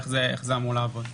איך זה אמור לעבוד?